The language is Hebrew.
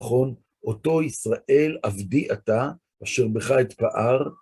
נכון? אותו ישראל, עבדי אתה, אשר בך אתפאר.